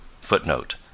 footnote